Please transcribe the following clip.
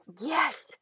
Yes